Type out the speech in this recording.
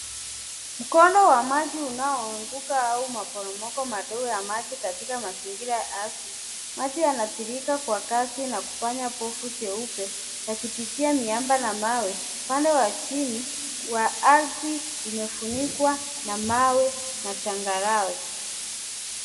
Mkondo wa maji unaoanguka au maporomoko madogo ya maji katika mazingira hasi. Maji yanatiririka kwa kasi na kufanya povu jeupe yakipitia miamba na mawe, pale chini wa ardhi imefunikwa na mawe na changarawe.